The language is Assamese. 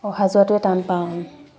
অহা যোৱাটোৱে টান পাওঁ